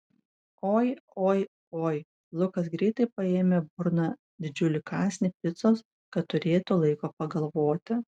oi oi oi lukas greitai paėmė į burną didžiulį kąsnį picos kad turėtų laiko pagalvoti